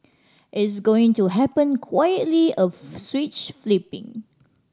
it's going to happen quietly a switch flipping